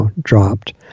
dropped